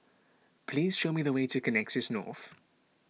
please show me the way to Connexis North